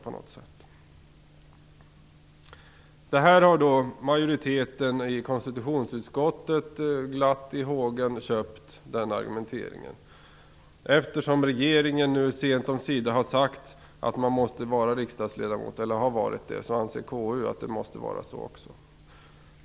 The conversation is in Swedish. Den argumenteringen har majoriteten i konstitutionsutskottet glad i hågen köpt. Eftersom regeringen sent om sider har sagt att man måste vara riksdagsledamot eller ha varit det anser också KU att det måste vara så.